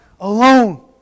alone